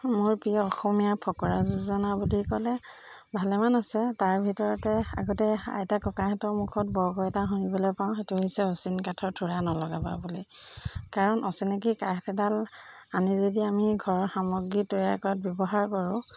মোৰ প্ৰিয় অসমীয়া ফকৰা যোজনা বুলি ক'লে ভালেমান আছে তাৰ ভিতৰতে আগতে আইতা ককাহঁতৰ মুখত বৰকৈ এটা শুনিবলৈ পাওঁ সেইটো হৈছে অচিন কাঠৰ থোৰা নলগাবা বুলি কাৰণ অচিনাকি কাঠ এডাল আনি যদি আমি ঘৰৰ সামগ্ৰী তৈয়াৰ কৰাত ব্যৱহাৰ কৰো